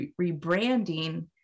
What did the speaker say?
rebranding